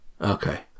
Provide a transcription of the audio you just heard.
okay